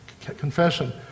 Confession